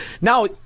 Now